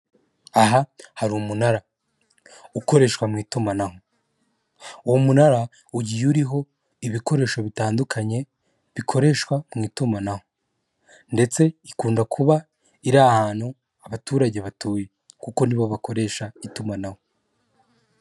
Aha hari umunara ukoreshwa mu itumanaho. Uwo munara ugiye uriho ibikoresho bitandukanye bikoreshwa mu itumanaho . Ndetse ikunda kuba iri ahantu abaturage batuye kuko nibo bakoresha itumanaho.